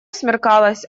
смеркалось